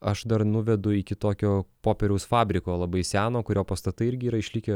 aš dar nuvedu iki tokio popieriaus fabriko labai seno kurio pastatai irgi yra išlikę